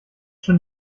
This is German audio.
schon